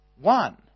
one